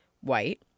white